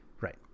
Right